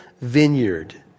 vineyard